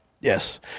Yes